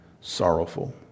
sorrowful